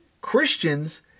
Christians